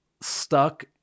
stuck